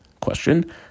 question